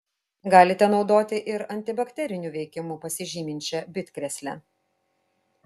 galite naudoti ir antibakteriniu veikimu pasižyminčią bitkrėslę